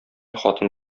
хатын